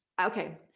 okay